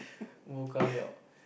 Wu Ga Liao